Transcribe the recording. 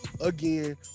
again